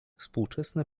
współczesne